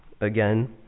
again